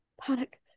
Panic